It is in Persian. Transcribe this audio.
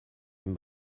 این